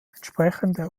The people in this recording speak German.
entsprechende